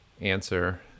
answer